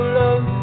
love